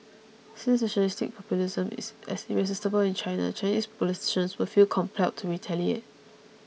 since nationalistic populism is as irresistible in China Chinese politicians will feel compelled to retaliate